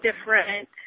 different